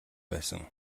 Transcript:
байсан